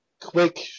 quick